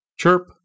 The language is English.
chirp